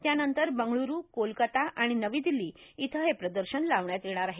त्यानंतर बंगळूरू कोलकाता आणि नवी दिल्ली इथं हे प्रदर्शन लावण्यात येणार आहे